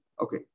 Okay